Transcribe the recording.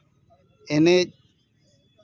ᱮᱱᱮᱡ